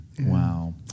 Wow